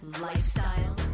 lifestyle